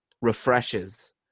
refreshes